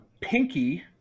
Pinky